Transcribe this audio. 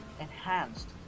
enhanced